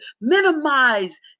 minimize